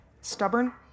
stubborn